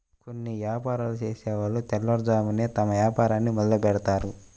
కొన్ని యాపారాలు చేసేవాళ్ళు తెల్లవారుజామునే తమ వ్యాపారాన్ని మొదలుబెడ్తారు